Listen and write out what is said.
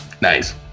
Nice